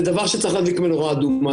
זה דבר שצריך להדליק מנורה אדומה.